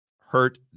hurt